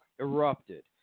Erupted